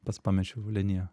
pats pamečiau liniją